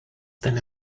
than